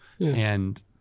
And-